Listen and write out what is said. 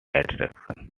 attraction